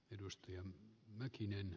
arvoisa puhemies